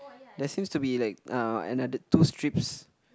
there's seems to be like uh another two strips